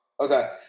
Okay